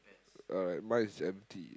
alright mine is empty